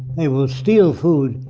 they will steal food,